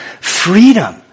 freedom